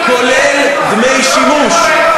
כולל דמי שימוש.